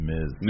Miz